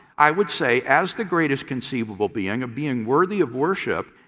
i would say, as the greatest conceivable being, a being worthy of worship,